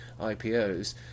IPOs